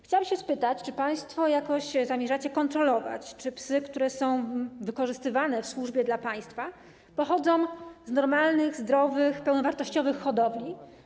Chciałam się spytać, czy państwo jakoś zamierzacie kontrolować to, czy psy, które są wykorzystywane w służbie dla państwa, pochodzą z normalnych, zdrowych, pełnowartościowych hodowli.